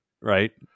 right